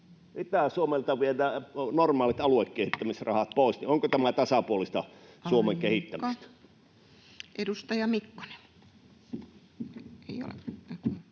Itä-Suomelta viedään normaalit aluekehittämisrahat pois. Onko tämä tasapuolista [Puhemies: Aika!] Suomen kehittämistä? Edustaja Mikkonen.